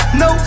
no